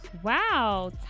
Wow